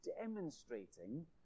demonstrating